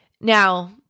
Now